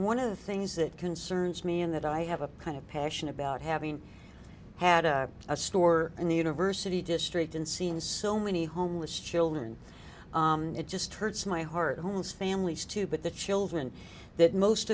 one of the things that concerns me in that i have a kind of passion about having had a store in the university district and seen so many homeless children it just hurts my heart homes families too but the children that most